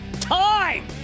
Time